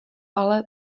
ale